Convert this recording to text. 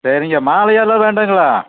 சரிங்க மாலை எதாவது வேண்டும்ங்களா